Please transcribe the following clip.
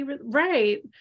right